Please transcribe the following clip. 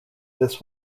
this